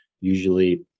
Usually